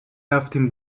رفتیم